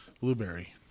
blueberry